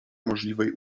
możliwej